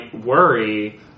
worry